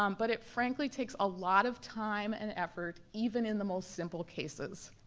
um but it frankly takes a lot of time and effort even in the most simple cases.